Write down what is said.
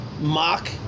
mock